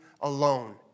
alone